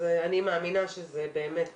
אני מאמינה שזה באמת